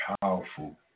powerful